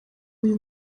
uyu